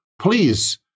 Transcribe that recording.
please